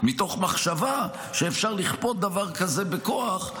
מתוך מחשבה שאפשר לכפות דבר כזה בכוח,